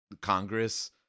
Congress